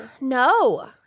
no